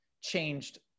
changed